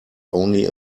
only